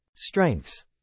strengths